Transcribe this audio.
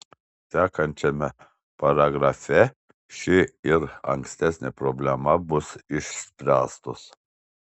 sekančiame paragrafe ši ir ankstesnė problema bus išspręstos